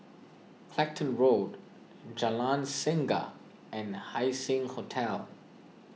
Clacton Road Jalan Singa and Haising Hotel